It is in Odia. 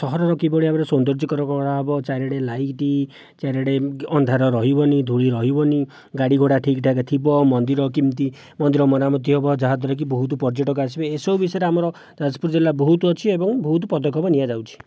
ସହରରୁ କିଭଳି ଭାବରେ ସୌନ୍ଦର୍ଯ୍ୟକର କରାହେବ ଚାରିଆଡ଼େ ଲାଇଟ୍ ଚାରିଆଡ଼େ ଅନ୍ଧାର ରହିବନାହିଁ ଧୁଳି ରହିବନାହିଁ ଗାଡ଼ି ଘୋଡ଼ା ଠିକ୍ ଠାକ୍ ଥିବ ମନ୍ଦିର କେମିତି ମନ୍ଦିର ମରାମତି ହେବ ଯାହାଦ୍ୱାରାକି ବହୁତ ପର୍ଯ୍ୟଟକ ଆସିବେ ଏସବୁ ବିଷୟରେ ଆମର ଯାଜପୁର ଜିଲ୍ଲା ବହୁତ ଅଛି ଏବଂ ବହୁତ ପଦକ୍ଷେପ ନିଆଯାଉଛି